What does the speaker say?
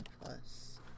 plus